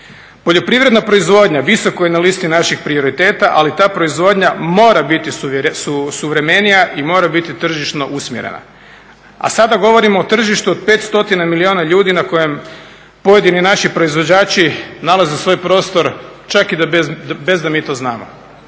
Poljoprivredna proizvodnja visoko je na listi naših prioriteta, ali ta proizvodnja mora biti suvremenija i mora biti tržišno usmjerena. A sada govorimo o tržištu od 5 stotina milijuna ljudi na kojem pojedini naši proizvođači nalaze svoj prostor čak i da bez da mi to znamo.